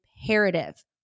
imperative